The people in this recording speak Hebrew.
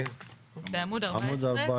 בעמוד 14,